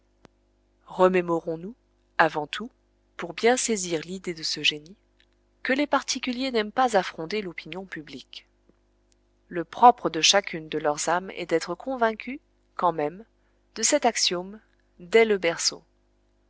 remémorons nous avant tout pour bien saisir l'idée de ce génie que les particuliers n'aiment pas à fronder l'opinion publique le propre de chacune de leurs âmes est d'être convaincue quand même de cet axiome dès le berceau